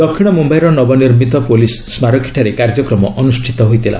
ଦକ୍ଷିଣ ମୁମ୍ବାଇର ନବନିର୍ମିତ ପୁଲିସ୍ ସ୍କାରକୀଠାରେ କାର୍ଯ୍ୟକ୍ରମ ଅନୁଷ୍ଠିତ ହୋଇଥିଲା